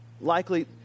Likely